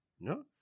No